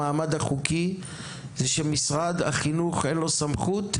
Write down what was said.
המעמד החוקי הוא שלמשרד החינוך אין סמכות,